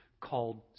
called